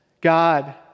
God